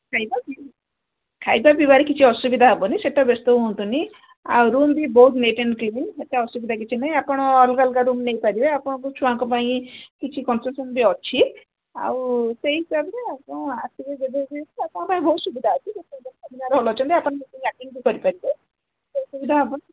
ଖାଇବା ଖାଇବା ପିଇିବାରେ କିଛି ଅସୁବିଧା ହେବନି ସେଟା ବ୍ୟସ୍ତ ହୁଅନ୍ତୁନି ଆଉ ରୁମ୍ ବି ବହୁତ ନୀଟ୍ ଆଣ୍ଡ କ୍ଲିନ୍ ସେତେ ଅସୁବିଧା କିଛି ନାହିଁ ଆପଣ ଅଲଗା ଅଲଗା ରୁମ୍ ନେଇପାରିବେ ଆପଣଙ୍କ ଛୁଆଙ୍କ ପାଇଁ କିଛି କନସେସନ୍ ବି ଅଛି ଆଉ ସେଇ ହିସାବରେ ଆପଣ ଆସିବେ ଯେବେ ଆପଣଙ୍କ ପାଇଁ ବହୁତ ସୁବିଧା ଅଛି ଅଛନ୍ତି ଆପଣ ମିଟିଂ ଆଟେଣ୍ଡ ବି କରିପାରିବେ ସୁବିଧା ହେବ